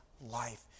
Life